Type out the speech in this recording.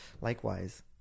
Likewise